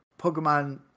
Pokemon